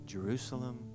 Jerusalem